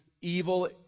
evil